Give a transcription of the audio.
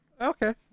Okay